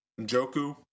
Joku